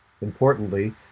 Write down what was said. Importantly